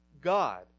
God